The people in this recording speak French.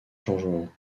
changements